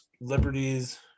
liberties